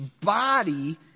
body